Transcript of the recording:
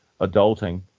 adulting